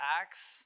Acts